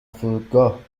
فرودگاه